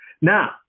Now